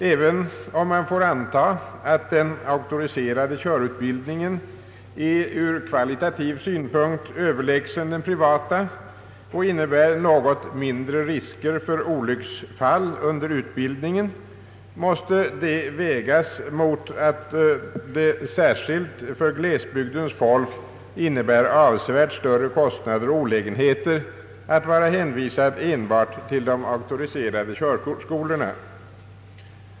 även om man får anta att den auktoriserade körutbildningen är ur kvalitativ synpunkt överlägsen den privata och innebär något mindre risker för olycksfall under utbildningen måste detta vägas mot att det särskilt för glesbygdens folk innebär avsevärt större kostnader och olä genheter att vara hänvisad enbart till de auktoriserade körskolorna.